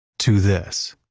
to this,